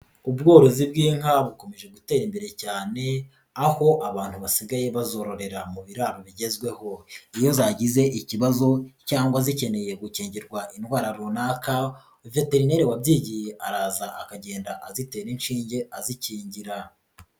Ubworozi bw'inka bukomeje gutera imbere cyane aho abantu basigaye bazororera mu biraro bigezweho, iyo zagize ikibazo cyangwa zikeneye gukingirwa indwara runaka veterineri wabyigiye araza akagenda azitera inshinge azikingira.